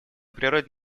природе